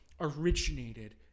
originated